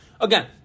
Again